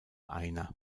einer